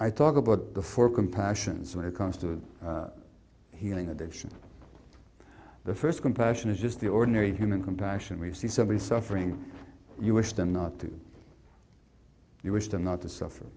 i talk about before compassions when it comes to healing addiction the first compassion is just the ordinary human compassion we see somebody suffering you wish them not to you wish them not to suffer